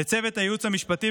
לצוות הייעוץ המשפטי,